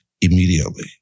Immediately